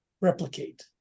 replicate